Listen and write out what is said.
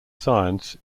science